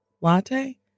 latte